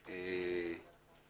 להקראה.